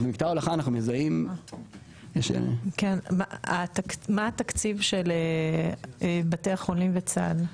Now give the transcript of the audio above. אז במקטע ההולכה אנחנו מזהים --- מה התקציב של בתי החולים וצה"ל?